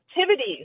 activities